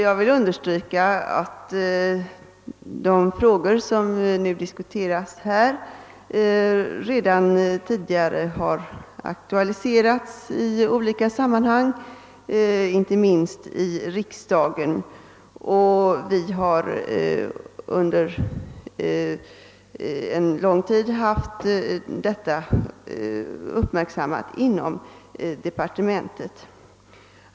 Jag vill understryka att de frågor, som nu diskuteras här, redan tidigare har aktualiserats i olika sammanhang, inte minst i riksdagen, och vi har under lång tid uppmärksammat detta inom departementet.